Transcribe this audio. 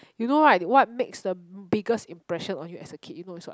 you know right what makes the biggest impression on you as a kid you know is what